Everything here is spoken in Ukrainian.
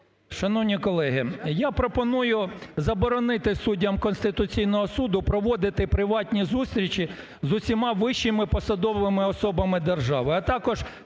Шановні колеги, я пропоную заборонити суддям Конституційного Суду проводити приватні зустрічі з усіма вищими посадовими особами держави, а також